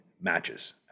matches